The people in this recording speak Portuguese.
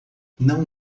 não